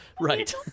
right